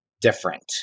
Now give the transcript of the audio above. different